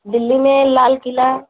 दिल्ली में लाल क़िला